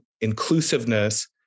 inclusiveness